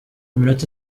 iminota